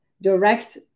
direct